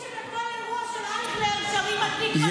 ברור שבכל אירוע של אייכלר שרים את "התקווה".